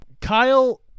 Kyle